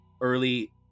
early